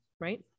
right